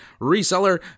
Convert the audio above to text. reseller